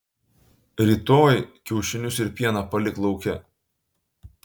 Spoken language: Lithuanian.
rytoj kiaušinius ir pieną palik lauke